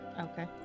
Okay